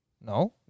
no